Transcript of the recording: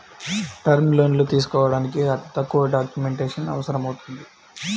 term లోన్లు తీసుకోడానికి అతి తక్కువ డాక్యుమెంటేషన్ అవసరమవుతుంది